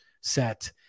set